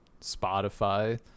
Spotify